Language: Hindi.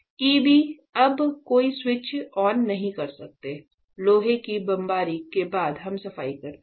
EB आप कोई स्विच ऑन नहीं कर सकते लोहे की बमबारी के बाद हम सफाई करते हैं